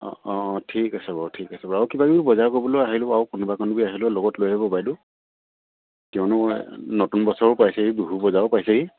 অঁ অঁ ঠিক আছে বাৰু ঠিক আছে বাৰু আৰু কিবা কিবি বজাৰ কৰিববলৈও আহিলোঁ আৰু কোনোবা কোনোবে আহিলোঁ লগত লৈ আহিব বাইদেউ কিয়নো নতুন বছৰো পাইছেহি বিহু বজাৰো পাইছেহি